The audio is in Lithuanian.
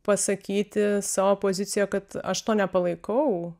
pasakyti savo poziciją kad aš to nepalaikau